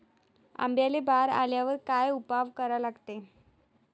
आंब्याले बार आल्यावर काय उपाव करा लागते?